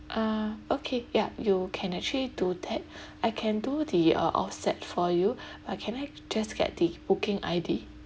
ah okay yup you can actually do that I can do the uh offset for you ah can I just get the booking I_D